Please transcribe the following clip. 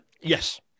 Yes